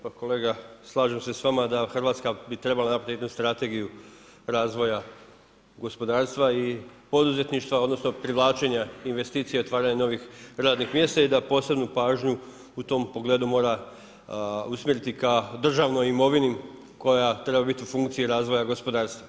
Pa kolega slažem se sa vama da Hrvatska bi trebala napraviti jednu Strategiju razvoja gospodarstva i poduzetništva, odnosno privlačenja investicija i otvaranja novih radnih mjesta i da posebnu pažnju u tom pogledu mora usmjeriti ka državnoj imovini koja treba biti u funkciji razvoja gospodarstva.